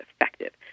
effective